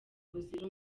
buzira